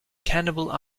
cannibal